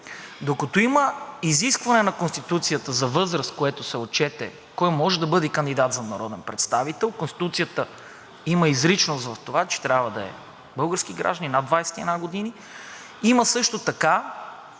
Докато има изискване на Конституцията за възраст, което се отчете, кой може да бъде кандидат за народен представител, Конституцията има изричност в това, че трябва да е български гражданин, над 21 години, има също така